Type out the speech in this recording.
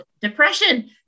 depression